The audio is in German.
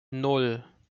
nan